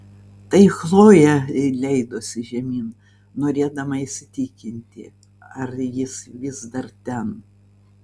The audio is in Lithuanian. tai chlojė leidosi žemyn norėdama įsitikinti ar jis vis dar ten